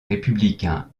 républicain